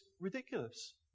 ridiculous